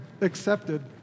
accepted